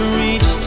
reach